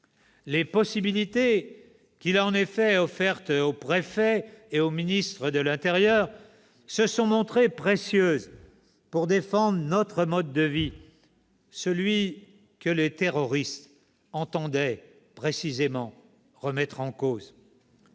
Les possibilités qu'il a en effet offertes aux préfets et au ministre de l'intérieur se sont montrées précieuses pour défendre notre mode de vie, celui que les terroristes entendaient précisément mettre en cause.